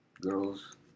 girls